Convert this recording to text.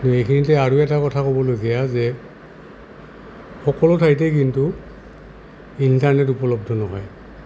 এইখিনিতে আৰু এটা কথা ক'বলগীয়া যে সকলো ঠাইতে কিন্তু ইণ্টাৰনেট উপলব্ধ নহয়